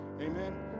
Amen